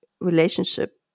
relationship